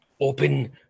Open